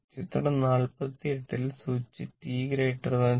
ചിത്രം 48 ൽ switch t 0